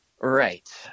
Right